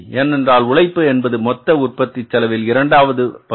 ஏனென்றால் உழைப்பு என்பது மொத்த உற்பத்தி செலவில் இரண்டாவது பகுதி